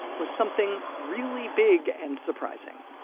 was something really big and surprising.